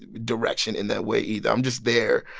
direction in that way either. i'm just there.